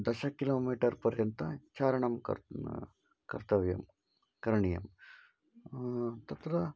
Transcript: दश किलोमीटर् पर्यन्तं चारणं कर्तुं कर्तव्यं करणीयं तत्र